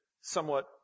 somewhat